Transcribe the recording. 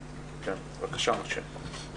בבקשה, משה.